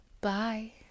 Bye